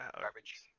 garbage